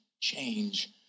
change